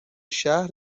شهر